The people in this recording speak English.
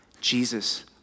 Jesus